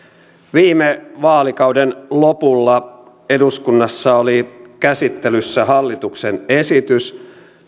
viime vaalikauden lopulla eduskunnassa oli käsittelyssä hallituksen esitys